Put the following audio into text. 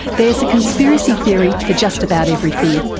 there's a conspiracy theory for just about everything.